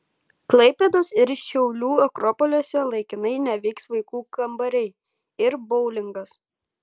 klaipėdos ir šiaulių akropoliuose laikinai neveiks vaikų kambariai ir boulingas